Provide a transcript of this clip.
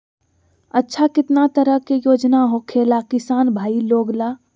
अच्छा कितना तरह के योजना होखेला किसान भाई लोग ला?